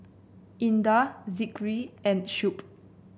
Indah Zikri and Shuib